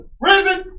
risen